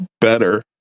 better